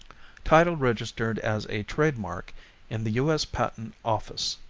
title registered as a trade mark in the u. s. patent office.